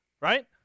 Right